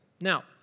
Now